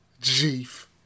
chief